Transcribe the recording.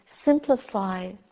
simplify